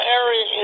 area